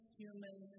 human